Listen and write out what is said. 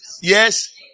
Yes